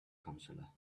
counselor